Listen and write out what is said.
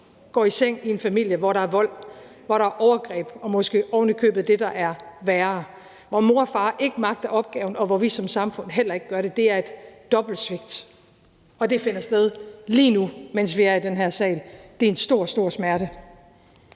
går i seng i en familie, hvor der er vold, hvor der er overgreb og måske ovenikøbet det, der er værre, hvor mor og far ikke magter opgaven, og hvor vi som samfund heller ikke gør det. Det er et dobbelt svigt, og det finder sted lige nu, mens vi er i den her sal. Det er en stor, stor smerte.